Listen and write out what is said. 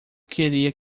queria